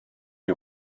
die